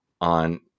on